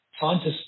scientists